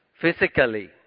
physically